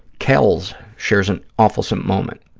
kels shares an awfulsome moment.